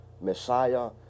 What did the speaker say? Messiah